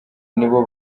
nibo